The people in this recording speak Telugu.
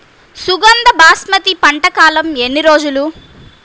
సుగంధ బాస్మతి పంట కాలం ఎన్ని రోజులు?